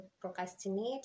procrastinate